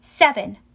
Seven